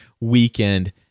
weekend